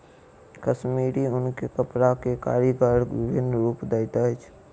कश्मीरी ऊन के कपड़ा के कारीगर विभिन्न रूप दैत अछि